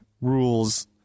rules